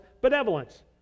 benevolence